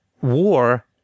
war